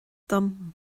dom